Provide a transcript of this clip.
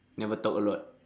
never talk a lot